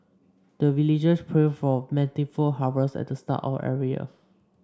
the villagers pray for plentiful harvest at the start of every year